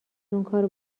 اونکارو